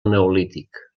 neolític